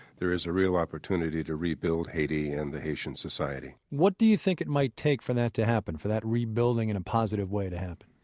there is a real opportunity to rebuild haiti and the haitian society. what do you think it might take for that to happen, for that rebuilding in a positive way to happen?